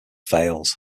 fails